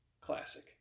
Classic